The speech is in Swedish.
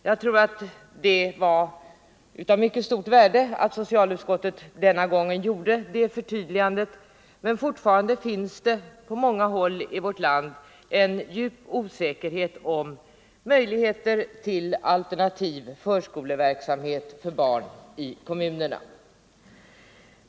Jag tror att det var av mycket stort värde att socialutskottet gjorde det förtydligandet, men fortfarande finns det på många håll i vårt land en djup osäkerhet om möjligheten till alternativ förskoleverksamhet för barn i kommunerna.